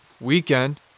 weekend